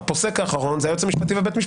בעולם ההיי-טק